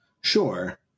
Sure